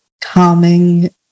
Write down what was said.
calming